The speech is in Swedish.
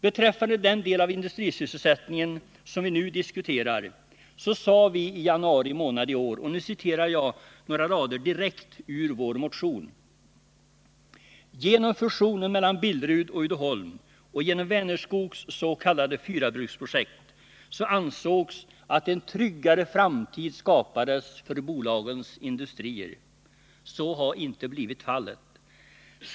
Beträffande den del av industrisysselsättningen som vi nu diskuterar sade vi i januari månad i år — och nu citerar jag några rader direkt ur vår motion: ”Genom fusionen mellan Billerud och Uddeholm och genom Vänerskogs s.k. fyrbruksprojekt ansågs att en tryggare framtid skapades för bolagens industrier. Så har inte blivit fallet.